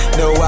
no